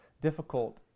difficult